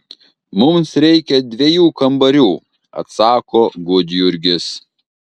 mums reikia dviejų kambarių atsako gudjurgis